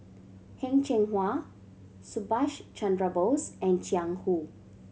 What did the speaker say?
Heng Cheng Hwa Subhas Chandra Bose and Jiang Hu